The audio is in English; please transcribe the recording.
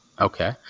okay